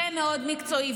זה מאוד מקצועי.